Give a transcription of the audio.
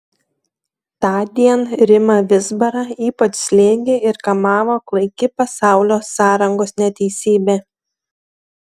tądien rimą vizbarą ypač slėgė ir kamavo klaiki pasaulio sąrangos neteisybė